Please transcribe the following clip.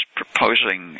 proposing